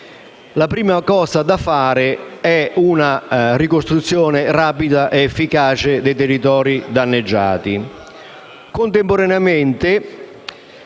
la prima cosa da fare è una ricostruzione rapida ed efficace dei territori danneggiati.